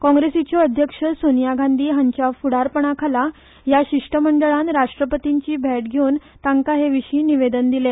काँग्रेसीच्यो अध्यक्ष सोनिया गांधी हांच्या फुडारपणाखाला ह्या शिष्टमंडळान राष्ट्रपतींची भेट घेवन तांका हे विशी निवेदन दिले